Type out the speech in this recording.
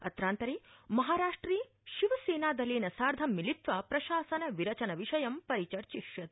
अत्रान्तरे महाराष्ट्रे शिवसेनादलेन सार्ध मिलित्वा प्रशासन विरचन विषयं परिचर्चिष्यते